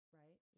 right